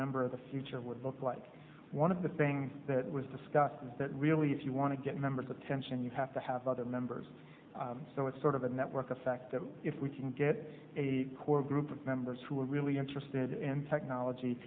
member of the future would look like one of the things that was discussed that really if you want to get members attention you have to have other members so it's sort of a network effect that if we can get a core group of members who are really interested in technology